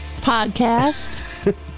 Podcast